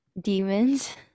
demons